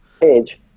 page